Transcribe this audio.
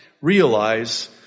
realize